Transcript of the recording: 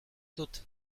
dut